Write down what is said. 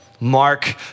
Mark